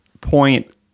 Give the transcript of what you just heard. point